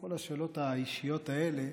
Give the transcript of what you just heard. כל השאלות האישיות האלה,